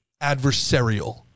adversarial